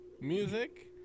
music